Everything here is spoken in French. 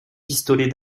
pistolets